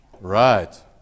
Right